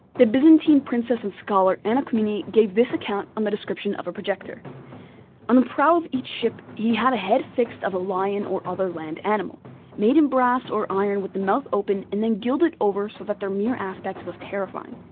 the byzantine princess and scholar, anna komnene gave this account on the description of a projector on the prow of each ship he had a head fixed of a lion or other land-animal, made in brass or iron with the mouth open and then gilded over so that their mere aspect was terrifying.